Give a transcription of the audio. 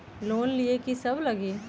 Loan लिए की सब लगी?